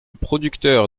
producteur